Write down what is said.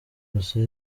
gusa